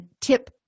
tip